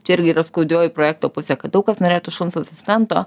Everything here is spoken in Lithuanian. čia irgi yra skaudžioji projekto pusė kad daug kas norėtų šuns asistento